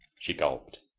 she gulped.